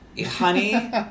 Honey